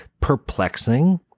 perplexing